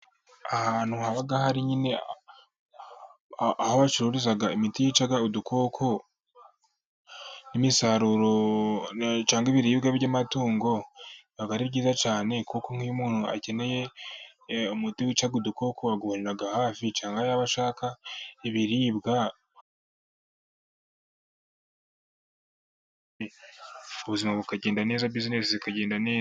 Ahantu haba hari nyine aho hacururiza imiti yica udukoko, n'imisaruro cyangwa ibiribwa by'amatungo, biba ari byiza cyane, kuko iyo umuntu akeneye umuti wica udukoko awugurira hafi, cyangwa ashaka ibiribwa ubuzima bukagenda bizinesi zikagenda neza.